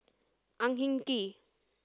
Ang Hin Kee